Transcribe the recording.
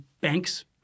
banks